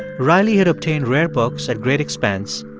riley had obtained rare books at great expense,